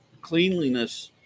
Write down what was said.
cleanliness